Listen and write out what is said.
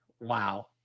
Wow